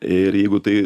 ir jeigu tai